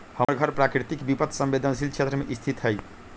हमर घर प्राकृतिक विपत संवेदनशील क्षेत्र में स्थित हइ